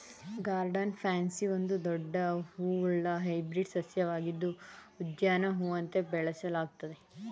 garden pansy ಒಂದು ದೊಡ್ಡ ಹೂವುಳ್ಳ ಹೈಬ್ರಿಡ್ ಸಸ್ಯವಾಗಿದ್ದು ಉದ್ಯಾನ ಹೂವಂತೆ ಬೆಳೆಸಲಾಗ್ತದೆ